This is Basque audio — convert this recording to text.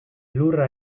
lurra